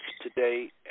today